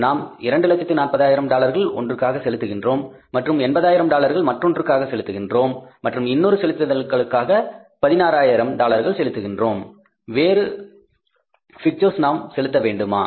நாம் 240000 டாலர்கள் ஒன்றுக்காக செலுத்துகின்றோம் மற்றும் 80 ஆயிரம் டாலர்கள் மற்றொன்று காக செலுத்துகின்றோம் மற்றும் இன்னொரு செலுத்துதலுக்காக 16 ஆயிரம் டாலர்கள் செலுத்துகின்றோம் வேறு ஏதாவது பிக்டர்ஸ்ஷுக்கு நாம் செலுத்த வேண்டுமா